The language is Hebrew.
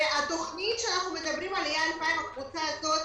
התוכנית שאנחנו מדברים עליה עלתה עם הקבוצה הזאת,